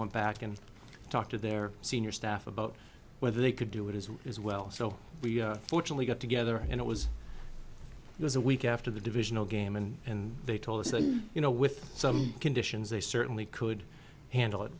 want back and talk to their senior staff about whether they could do it as is well so we fortunately got together and it was it was a week after the divisional game and they told us that you know with some conditions they certainly could handle it